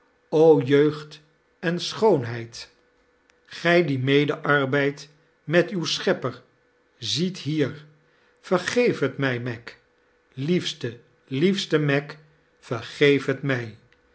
o jeugd en schoonheid gij die medearbeidt met uwen schepper ziet hier vergeef het mij meg liefste liefste meg vergeef het mij